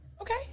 Okay